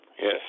Yes